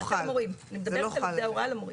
אני מדברת על עובדי הוראה למורים.